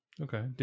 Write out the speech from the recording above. Okay